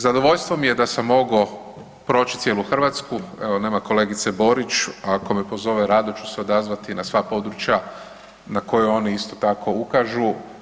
Zadovoljstvo mi je da sam mogo proći cijelu Hrvatsku, evo nema kolegice Borić, ako me pozove rado ću se odazvati na sva područja na koja oni isto tako ukažu.